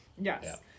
Yes